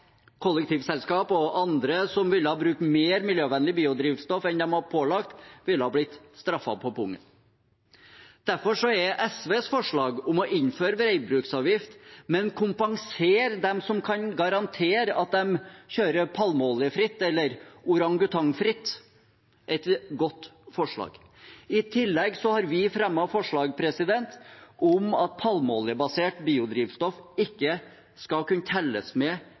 Kollektivselskap og andre som vil bruke mer miljøvennlig biodrivstoff enn de er pålagt, ville blitt straffet på pungen. Derfor er SVs forslag om å innføre veibruksavgift, men kompensere dem som kan garantere at de kjører palmeoljefritt eller «orangutangfritt», et godt forslag. I tillegg har vi fremmet forslag om at palmeoljebasert biodrivstoff ikke skal kunne telles med